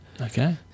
Okay